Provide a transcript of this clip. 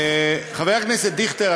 חבר הכנסת דיכטר,